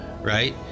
right